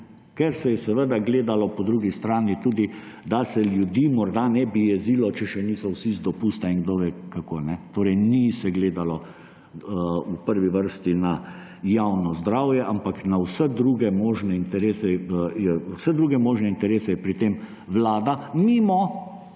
Ker se je gledalo po drugi strani tudi, da se ljudi morda ne bi jezilo, če še niso vsi z dopusta in podobno. Torej se ni gledalo v prvi vrsti na javno zdravje, ampak na vse druge možne interese. Vse druge